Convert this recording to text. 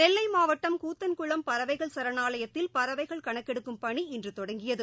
நெல்லை மாவட்டம் கூத்தன்குளம் பறவைகள் சரணாலயத்தில் பறவைகள் கணக்கெடுக்கும் பணி இன்று தொடங்கியது